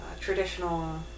traditional